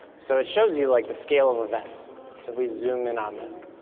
so it shows you like the scale of events. if we zoom in on this.